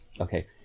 okay